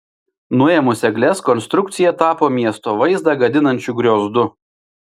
nuėmus egles konstrukcija tapo miesto vaizdą gadinančiu griozdu